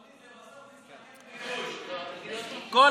אדוני, בסוף זה מסתיים בגרוש.